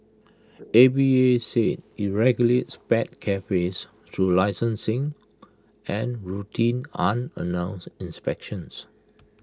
A V A said IT regulates pet cafes through licensing and routine unannounced inspections